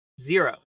Zero